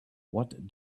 what